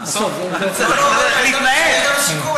זה לא פיליבסטר.